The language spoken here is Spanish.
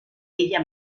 ella